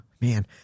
Man